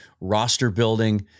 roster-building